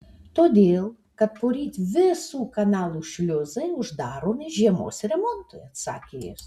todėl kad poryt visų kanalų šliuzai uždaromi žiemos remontui atsakė jis